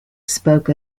spoke